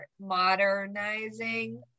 modernizing